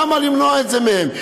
למה למנוע את זה מהם?